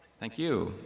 thank you.